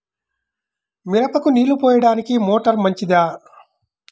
మిరపకు నీళ్ళు పోయడానికి మోటారు మంచిదా?